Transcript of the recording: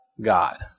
God